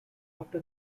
after